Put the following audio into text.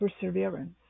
perseverance